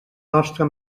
nostre